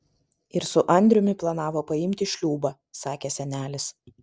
ir su andriumi planavo paimti šliūbą sakė senelis